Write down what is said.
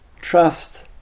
trust